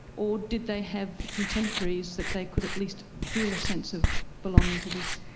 or did they have contemporaries that they could at least feel a sense of belonging to this